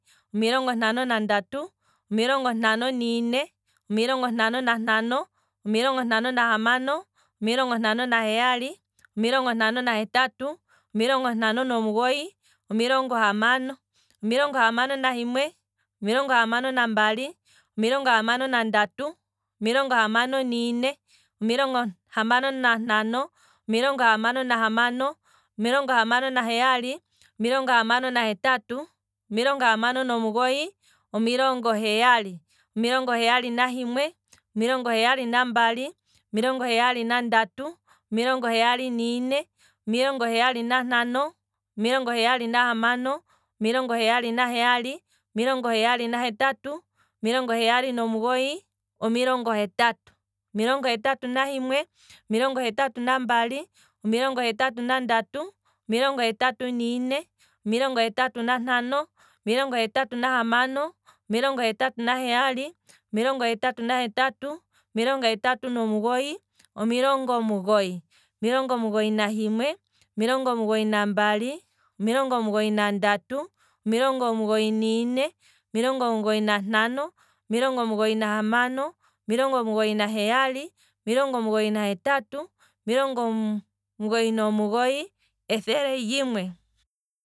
Omilongo ntano nandatu, omilongo ntano niine, omilongo ntano nahamano, omilongo ntano naheyali, omilongo ntano nahetatu, omilongo ntano nomugoyi, omilongo hamano, omilongo hamano nahimwe, omilongo hamano nambali, omilongo hamano nandatu, omilongo hamano niine, omilongo hamano nantano, omilongo hamano nahamano, omilongo hamano naheyali, omilongo hamano nahetatu, omilongo hamano nomugoyi, omilongo heyali, omilongo heyali nahimwe, omilongo heyali nambali, omilongo heyali nandatu, omilongo heyali niine, omilongo heyali nantano, omilongo heyali nahamano, omilongo heyali naheyali, omilongo heyali nahetatu, omilongo heyali nomugoyi, omilongo hetatu, omilongo hetatu nahimwe, omilongo hetatu nambali, omilongo hetatu nandatu, omilongo hetatu niine, omilongo hetatu nantano, omilongo hetatu nahamano, omilongo hetatu naheyali, omilongo hetatu nahetatu, omilongo hetatu nomugoyi, omilongo omugoyi, omilongo omugoyi nahimwe, omilongo omugoyi nambali, omilongo omugoyi nandatu, omilongo omugoyi niine, omilongo omugoyi nantano, omilongo omugoyi nahamano, omilongo omugoyi naheyali, omilongo omugoyi nahetatu, omilongo omugoyi nomugoyi, ethele limwe.